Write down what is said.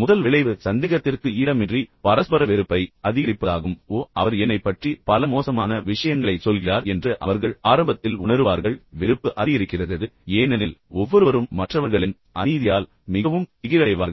முதல் விளைவு சந்தேகத்திற்கு இடமின்றி பரஸ்பர வெறுப்பை அதிகரிப்பதாகும் ஓ அவர் என்னைப் பற்றி பல மோசமான விஷயங்களைச் சொல்கிறார் என்று அவர்கள் ஆரம்பத்தில் உணருவார்கள் எனவே வெறுப்பு அதிகரிக்கிறது ஏனெனில் ஒவ்வொருவரும் மற்றவர்களின் அநீதியால் மிகவும் திகிலடைவார்கள்